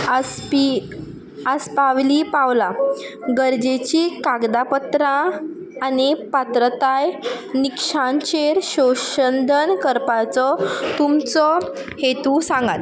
आसपी आस्पाविली पावला गरजेचीं कागदापत्रां आनी पात्रताय निक्षांचेर शोशंदन करपाचो तुमचो हेतू सांगात